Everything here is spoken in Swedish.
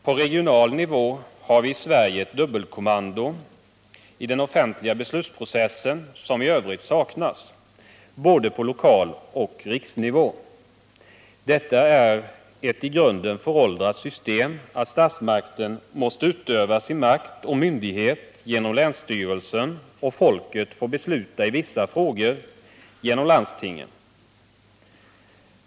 På regional nivå har vi i Sverige ett dubbelkommando i den offentliga beslutsprocessen som i övrigt saknas, både på lokaloch på riksnivå. Det är ett i grunden föråldrat system att statsmakten måste utöva sin makt och myndighet genom länsstyrelsen och att folket får besluta i vissa frågor genora landstingen.